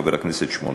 חבר הכנסת שמולי,